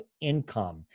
income